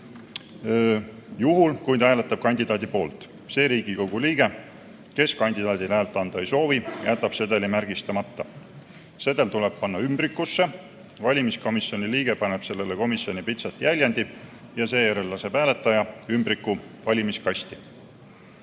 juhul, kui ta hääletab kandidaadi poolt. See Riigikogu liige, kes kandidaadile häält anda ei soovi, jätab sedeli märgistamata. Sedel tuleb panna ümbrikusse, valimiskomisjoni liige paneb sellele komisjoni pitsati jäljendi ja seejärel laseb hääletaja ümbriku valimiskasti.